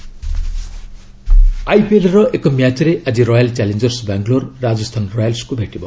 IPL ଆଇପିଏଲ୍ର ଏକ ମ୍ୟାଚ୍ରେ ଆକି ରୟାଲ୍ ଚାଲେଞ୍ଜର୍ସ ବାଙ୍ଗଲୋର୍ ରାଜସ୍ଥାନ ରୟାଲ୍ସକୁ ଭେଟିବ